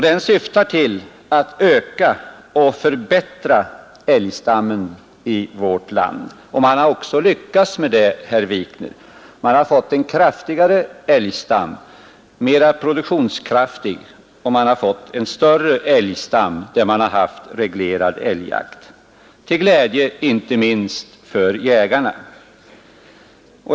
Den syftar till att öka och förbättra älgstammen i vårt land. Man har också lyckats med det, herr Wikner. Man har fått en kraftigare, mera produktionskraftig älgstam och man har, där man haft reglerad älgjakt, fått en större älgstam, till glädje inte minst för jägarna.